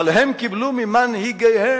אבל הם קיבלו ממנהיגיהם